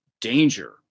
danger